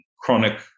chronic